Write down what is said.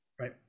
Right